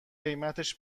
قیمتش